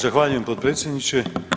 Zahvaljujem potpredsjedniče.